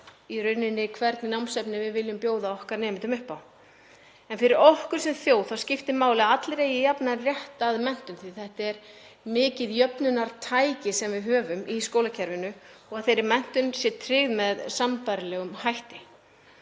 að því hvernig námsefni við viljum bjóða nemendum upp á. En fyrir okkur sem þjóð þá skiptir máli að allir eigi jafnan rétt á menntun, því að þetta er mikið jöfnunartæki sem við höfum í skólakerfinu, og að sú menntun sé tryggð með sambærilegum hætti.